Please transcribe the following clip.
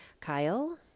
Kyle